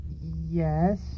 Yes